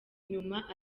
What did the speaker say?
nyuma